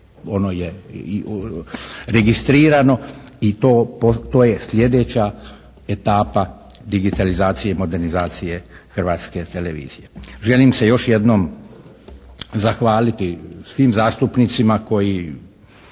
ono je i registrirano i to, to je sljedeća etapa digitalizacije i modernizacije Hrvatske televizije. Želim se još jednom zahvaliti svim zastupnicima koji